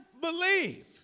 believe